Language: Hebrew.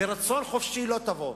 מרצון חופשי היא לא תבוא.